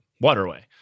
waterway